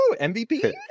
MVP